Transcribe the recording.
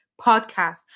podcast